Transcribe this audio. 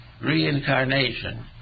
reincarnation